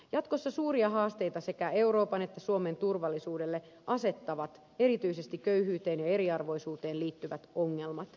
jatkossa suuria haasteita sekä euroopan että suomen turvallisuudelle asettavat erityisesti köyhyyteen ja eriarvoisuuteen liittyvät ongelmat